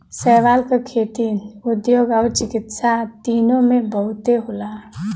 शैवाल क खेती, उद्योग आउर चिकित्सा तीनों में बहुते होला